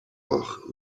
och